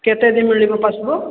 କେତେ ଦିନ ମିଳିବ ପାସବୁକ୍